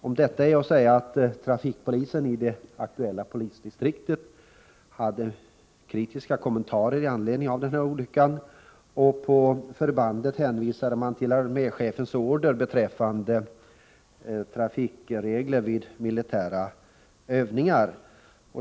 Om detta är att säga att trafikpolisen i det aktuella polisdistriktet hade kritiska kommentarer att göra i anledning av olyckan — på förbandet hänvisade man till arméchefens order beträffande trafikregler vid militära övningar.